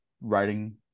writing